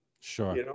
Sure